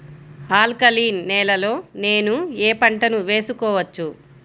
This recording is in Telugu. ఆల్కలీన్ నేలలో నేనూ ఏ పంటను వేసుకోవచ్చు?